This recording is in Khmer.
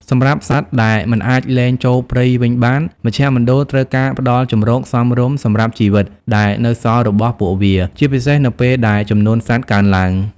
សម្រាប់សត្វដែលមិនអាចលែងចូលព្រៃវិញបាន មជ្ឈមណ្ឌលត្រូវការផ្តល់ជម្រកសមរម្យសម្រាប់ជីវិតដែលនៅសល់របស់ពួកវា ជាពិសេសនៅពេលដែលចំនួនសត្វកើនឡើង។